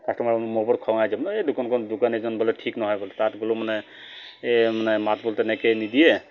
কাষ্টমাৰৰ মোৰ ওপৰত খং আহিব এই দোকানখন দোকানীজন বোলে ঠিক নহয় বোলে তাত বোলো মানে মানে মাত বোলো তেনেকৈ নিদিয়ে